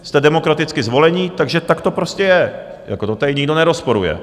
Jste demokraticky zvolení, takže tak to prostě je, to tady nikdo nerozporuje.